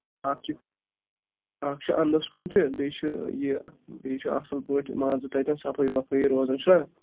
اَکھ چھِ اَکھ چھُ اَندَس کُن تہِ بیٚیہِ چھُ یہِ بیٚیہِ چھُ اَصٕل پٲٹھۍ مان ژٕ تَتٮ۪ن صفٲیی وَفٲیی روزان چھُ نہ